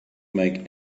make